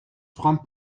francs